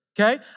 okay